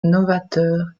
novateur